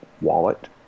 wallet